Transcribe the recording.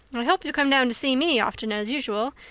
i hope you'll come down to see me often as usual.